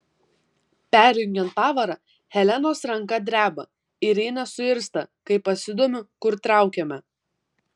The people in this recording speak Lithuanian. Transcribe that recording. perjungiant pavarą helenos ranka dreba ir ji nesuirzta kai pasidomiu kur traukiame